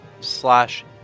slash